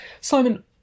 Simon